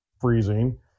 freezing